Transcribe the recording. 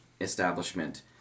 establishment